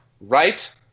right